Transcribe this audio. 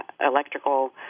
electrical